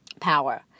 power